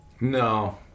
No